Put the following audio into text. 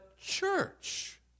church